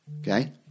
Okay